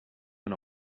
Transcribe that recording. una